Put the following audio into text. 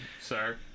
sir